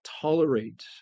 tolerate